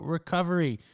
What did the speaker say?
Recovery